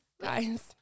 guys